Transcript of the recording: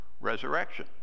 resurrection